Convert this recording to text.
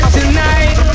tonight